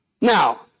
Now